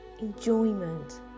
enjoyment